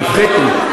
תפחיתי.